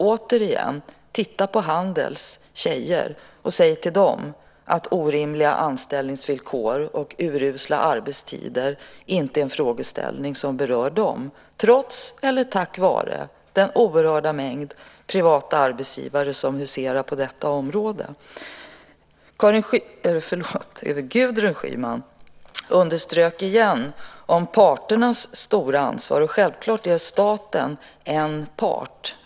Återigen, titta på handelns tjejer och säg till dem att orimliga anställningsvillkor och urusla arbetstider inte är en frågeställning som berör dem, trots eller tack vare den oerhörda mängd privata arbetsgivare som huserar på detta område. Gudrun Schyman underströk igen parternas stora ansvar. Självklart är staten en part.